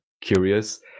curious